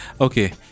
Okay